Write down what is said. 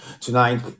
tonight